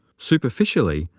superficially,